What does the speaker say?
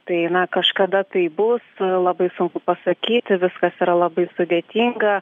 tai na kažkada tai bus labai sunku pasakyti viskas yra labai sudėtinga